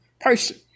person